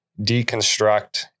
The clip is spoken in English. deconstruct